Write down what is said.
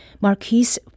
Marquise